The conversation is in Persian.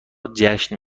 جشن